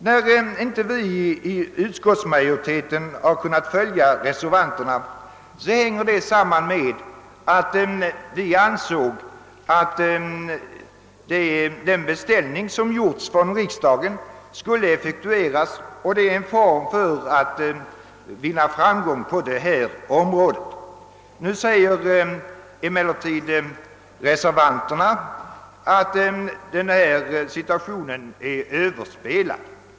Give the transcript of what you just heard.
Att vi i utskottsmajoriteten inte kunnat följa reservanterna hänger samman med att vi ansett att den beställning som gjorts av riksdagen skulle effektueras, vilket är en förutsättning för framgång på detta område: Reservanterna anför emellertid nu att den gamla situationen är överspelad.